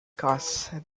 caused